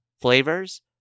flavors